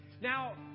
Now